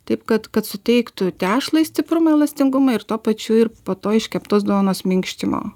taip kad kad suteiktų tešlai stiprumą elastingumą ir tuo pačiu ir po to iškeptos duonos minkštimo